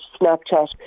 Snapchat